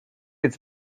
its